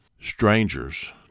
strangers